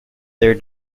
their